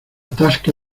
tasca